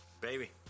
Baby